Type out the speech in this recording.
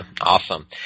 awesome